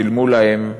שילמו להם,